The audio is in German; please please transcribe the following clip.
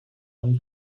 einen